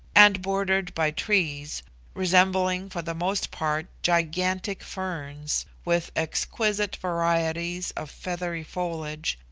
and bordered by trees resembling, for the most part, gigantic ferns, with exquisite varieties of feathery foliage,